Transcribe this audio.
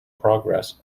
progress